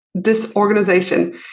disorganization